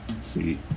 See